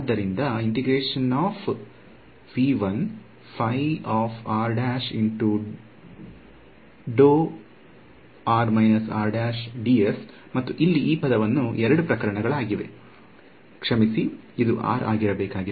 ಆದ್ದರಿಂದ ಮತ್ತು ಇಲ್ಲಿ ಈ ಪದವು ಎರಡು ಪ್ರಕರಣಗಳಾಗಿವೆ ಕ್ಷಮಿಸಿ ಇದು r ಆಗಿರಬೇಕು